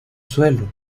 suelo